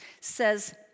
says